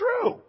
true